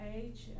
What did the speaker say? age